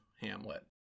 hamlet